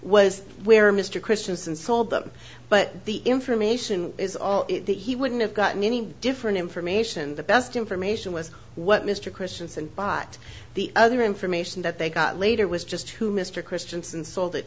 was where mr christiansen sold them but the information is all that he wouldn't have gotten any different information the best information was what mr christianson bought the other information that they got later was just who mr christianson sold it